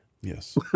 Yes